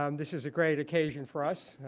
um this is a great occasion for us.